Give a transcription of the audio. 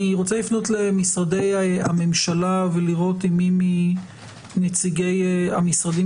אני רוצה לפנות למשרדי הממשלה ולראות מי מנציגי המשרדים